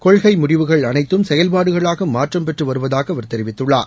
கொள்கை முடிவுகள் அனைத்தும் செயல்பாடுகளாக மாற்றம் பெற்று வருவதாக அவர் தெரிவித்துள்ளார்